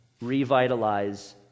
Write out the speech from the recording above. Revitalize